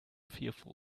fearful